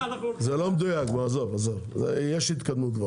זה לא מדויק, יש התקדמות.